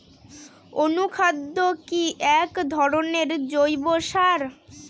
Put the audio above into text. অনুখাদ্য কি এক ধরনের জৈব সার?